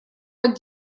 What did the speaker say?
под